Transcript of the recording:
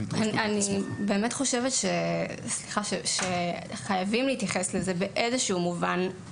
אני חושבת שחייבים להתייחס לזה באיזה שהוא מובן,